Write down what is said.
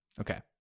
Okay